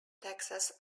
texas